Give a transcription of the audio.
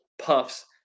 Puffs